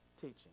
teaching